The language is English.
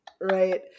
right